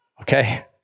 okay